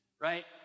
right